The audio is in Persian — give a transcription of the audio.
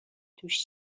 توش